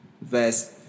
verse